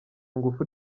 ngufu